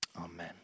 Amen